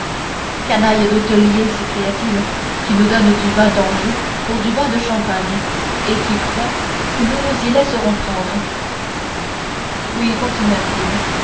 canaille d'hôtelier s'écria-t-il qui nous donne du vin d'anjou pour du vin de champagne et qui croit que nous nous y laisserons prendre oui